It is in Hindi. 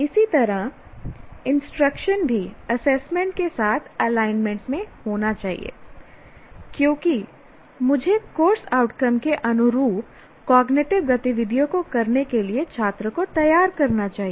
इसी तरह इंस्ट्रक्शन भी एसेसमेंट के साथ एलाइनमेंट में होना चाहिए क्योंकि मुझे कोर्स आउटकम के अनुरूप कॉग्निटिव गतिविधियों को करने के लिए छात्र को तैयार करना चाहिए